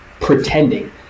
pretending